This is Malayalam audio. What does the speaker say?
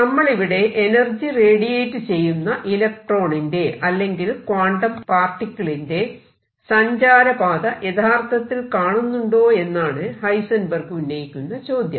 നമ്മൾ ഇവിടെ എനർജി റേഡിയേറ്റ് ചെയ്യുന്ന ഇലക്ട്രോണിന്റെ അല്ലെങ്കിൽ ക്വാണ്ടം പാർട്ടിക്കിളിന്റെ സഞ്ചാര പാത യഥാർത്ഥത്തിൽ കാണുന്നുണ്ടോയെന്നാണ് ഹൈസെൻബെർഗ് ഉന്നയിക്കുന്ന ചോദ്യം